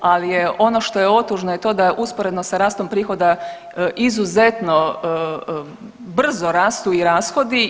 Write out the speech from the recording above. Ali je ono što je otužno je to da usporedno sa rastom prihoda izuzetno brzo rastu i rashodi.